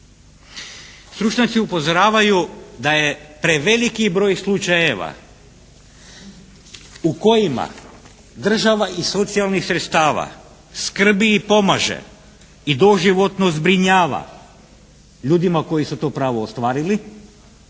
Stručnjaci upozoravaju da je preveliki broj slučajeva u kojima država iz socijalnih sredstava skrbi i pomaže i doživotno zbrinjava ljudima koji su to pravo ostvarili,